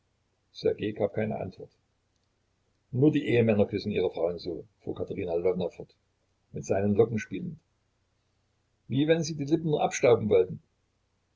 gab keine antwort nur die ehemänner küssen ihre frauen so fuhr katerina lwowna fort mit seinen locken spielend wie wenn sie die lippen nur abstauben wollten